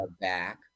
back